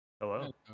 Hello